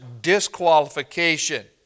disqualification